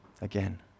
again